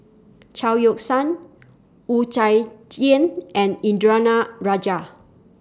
Chao Yoke San Wu Tsai Yen and Indranee Rajah